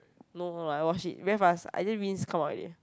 no like wash it very fast I just rinse come out already